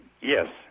yes